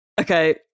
Okay